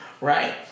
right